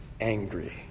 angry